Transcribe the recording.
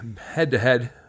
head-to-head